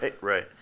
right